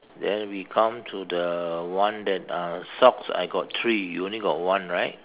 then we come to the one that uh socks I got three you only got one right